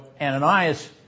Ananias